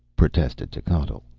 protested techotl.